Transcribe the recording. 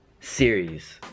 series